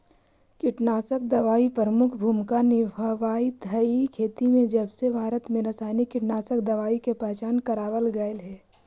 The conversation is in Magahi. कीटनाशक दवाई प्रमुख भूमिका निभावाईत हई खेती में जबसे भारत में रसायनिक कीटनाशक दवाई के पहचान करावल गयल हे